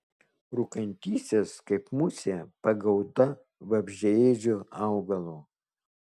rūkantysis kaip musė pagauta vabzdžiaėdžio augalo